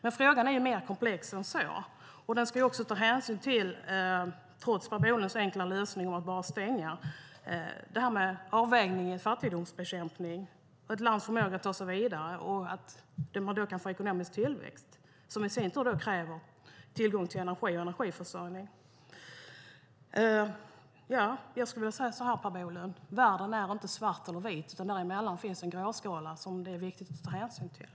Men frågan är mer komplex än så. Man måste också, trots Per Bolunds enkla lösning att bara stänga, ta olika hänsyn och göra avvägningar när det gäller fattigdomsbekämpning och ett lands förmåga att ta sig vidare och få ekonomisk tillväxt. Detta i sin tur kräver energiförsörjning och därmed tillgång till energi. Jag skulle vilja säga följande till Per Bolund: Världen är inte svart eller vit. Däremellan finns en gråskala som det är viktigt att ta hänsyn till.